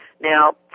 Now